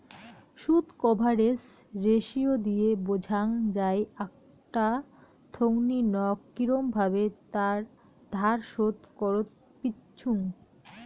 শুধ coverage ratio দিয়ে বোঝাং যাই আকটা থোঙনি নক কিরম ভাবে তার ধার শোধ করত পিচ্চুঙ